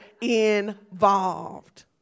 involved